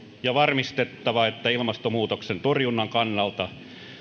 ja varmistettava että ilmastonmuutoksen torjunnan kannalta